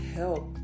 help